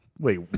Wait